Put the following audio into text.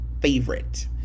favorite